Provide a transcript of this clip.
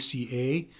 ACA